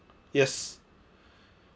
yes